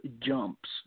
jumps